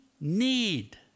need